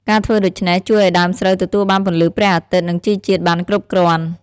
ការធ្វើដូច្នេះ ជួយឱ្យដើមស្រូវទទួលបានពន្លឺព្រះអាទិត្យ និងជីជាតិបានគ្រប់គ្រាន់។